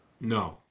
No